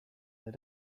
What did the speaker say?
they